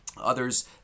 others